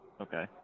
Okay